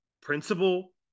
principle